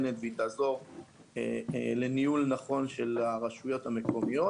מצוינת והיא תעזור לניהול נכון של הרשויות המקומיות